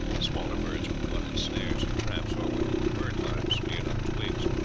smaller birds were caught in snares or traps, or with bird-lime smeared on twigs.